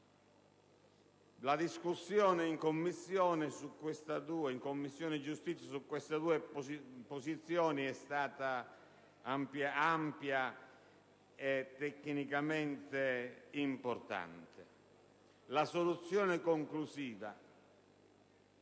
La discussione in Commissione giustizia su queste due posizioni è stata ampia e tecnicamente importante. La soluzione conclusiva,